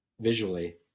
visually